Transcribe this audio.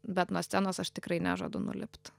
bet nuo scenos aš tikrai nežadu nulipt